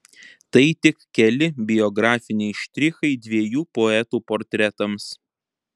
tai tik keli biografiniai štrichai dviejų poetų portretams